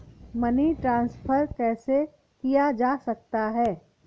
Money transfer कैसे किया जा सकता है?